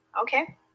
Okay